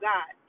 God